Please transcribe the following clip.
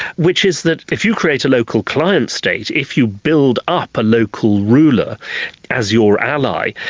which is that if you create a local client state, if you build up a local ruler as your ally,